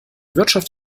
wirtschaft